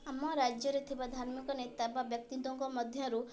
ଆମ ରାଜ୍ୟରେ ଥିବା ଧାର୍ମିକ ନେତା ବା ବ୍ୟକ୍ତିତ୍ଵଙ୍କ ମଧ୍ୟରୁ